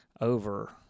over